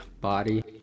body